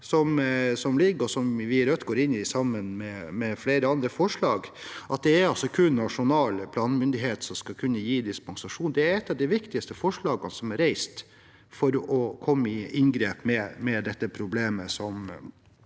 innstillingen, og som vi i Rødt går inn i, sammen med flere andre forslag. Forslag nr. 1 gjelder altså at kun nasjonal planmyndighet skal kunne gi dispensasjon. Det er et av de viktigste forslagene som er reist for å komme i inngrep med dette problemet, og